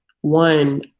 one